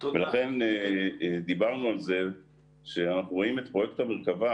מינהלת פרויקט המרכבה